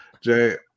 jay